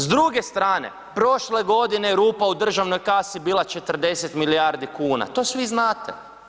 S druge strane, prošle godine rupa u državnoj kasi bila je 40 milijardi kuna, to svi znate.